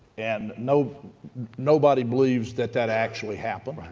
and you know nobody believes that that actually happened.